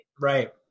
Right